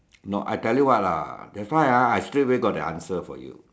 no I tell you what lah that's why ah I straight away got the answer for you